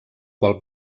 qual